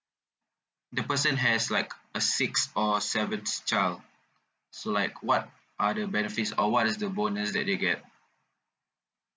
the person has like a sixth or a seventh child so like what are the benefits or what is the bonus that they get